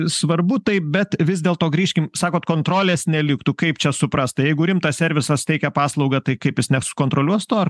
svarbu tai bet vis dėlto grįžkim sakot kontrolės neliktų kaip čia suprast tai jeigu rimtas servisas teikia paslaugą tai kaip jis nesukontroliuos to ar